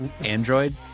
Android